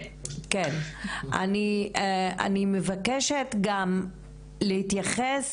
אני מבקשת גם להתייחס